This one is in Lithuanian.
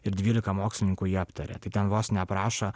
ir dvylika mokslininkų jį aptaria ten vos ne aprašo